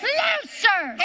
looser